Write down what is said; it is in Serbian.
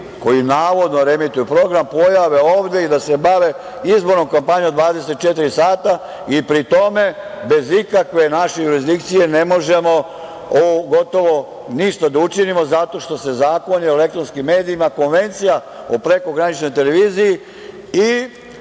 koji navodno reemituju program pojave ovde i da se bave izbornom kampanjom 24 sata i pri tome bez ikakve naše jurisdikcije ne možemo gotovo ništa da učinimo zato što se Zakon o elektronskim medijima, Konvencija o prekograničnoj televiziji i